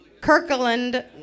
Kirkland